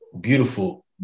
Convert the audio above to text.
beautiful